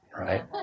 right